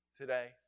today